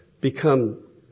become